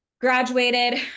graduated